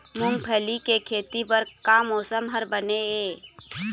मूंगफली के खेती बर का मौसम हर बने ये?